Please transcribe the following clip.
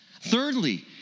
Thirdly